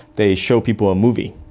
they show people a movie,